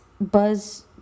Buzz